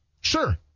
Sure